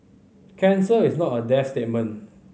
cancer is not a death